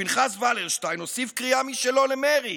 פנחס ולרשטיין הוסיף קריאה משלו למרי,